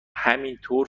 همینطور